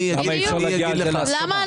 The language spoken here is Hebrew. למה אי אפשר להגיע להסכמה?